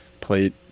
plate